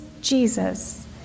Jesus